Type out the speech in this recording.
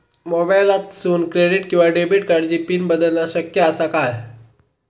मोबाईलातसून क्रेडिट किवा डेबिट कार्डची पिन बदलना शक्य आसा काय?